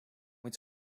iets